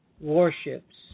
warships